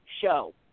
show